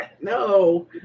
No